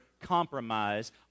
compromise